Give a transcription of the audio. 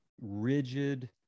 rigid